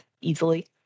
easily